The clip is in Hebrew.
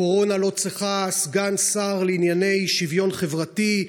הקורונה לא צריכה סגן שר לענייני שוויון חברתי,